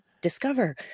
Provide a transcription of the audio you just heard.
discover